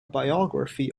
biography